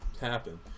happen